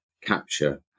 capture